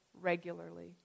regularly